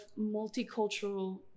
multicultural